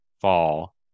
fall